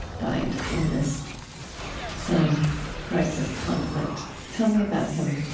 died in this same crisis, conflict. tell me about him